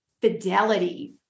fidelity